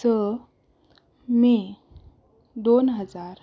स मे दोन हजार